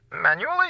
Manually